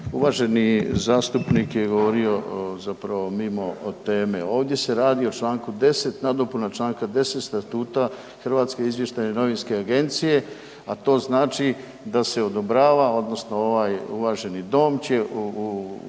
uvaženi zastupnik je govorio zapravo mimo teme. Ovdje se radi o Članku 10., nadopuna Članka 10. statuta Hrvatske izvještajne novinske agencije, a to znači da se odobrava odnosno ovaj uvaženi dom će izglasati